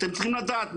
אתם צריכים לדעת,